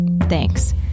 Thanks